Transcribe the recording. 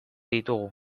ditugu